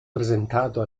presentato